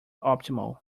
optimal